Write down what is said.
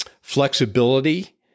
flexibility